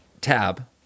tab